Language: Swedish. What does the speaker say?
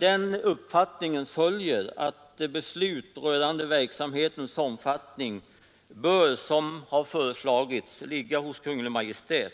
Därav följer att beslut rörande verksamhetens omfattning bör — som har föreslagits — ligga hos Kungl. Maj:t.